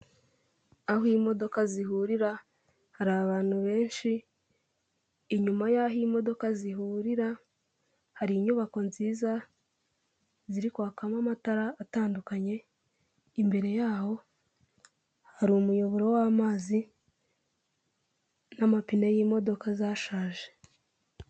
Aho imodoka zihurira hari abantu benshi, inyuma y'aho imodoka zihurira hari inyubako nziza ziri kwakamo amatara atandukanye, imbere yaho hari umuyoboro w'amazi n'amapine y'imodoka zashaje.